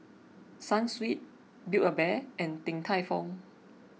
Sunsweet Build A Bear and Din Tai Fung